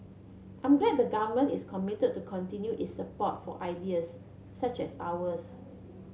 I'm glad the Government is committed to continue its support for ideas such as ours